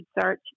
search